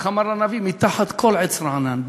איך אמר הנביא, מתחת כל עץ רענן.